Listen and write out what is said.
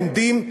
עומדים,